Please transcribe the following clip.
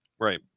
right